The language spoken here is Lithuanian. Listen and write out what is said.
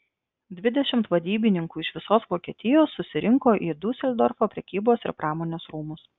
dvidešimt vadybininkų iš visos vokietijos susirinko į diuseldorfo prekybos ir pramonės rūmus